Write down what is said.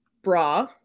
Bra